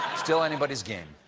still anybody's game.